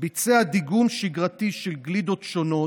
ביצע דיגום שגרתי של גלידות שונות,